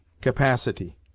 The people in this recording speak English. CAPACITY